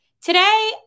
Today